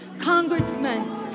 congressmen